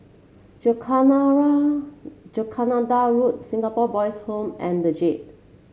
Jacaranda Road Jacaranda Singapore Boys' Home and the Jade